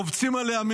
רובצים עליה,